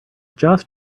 just